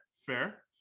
fair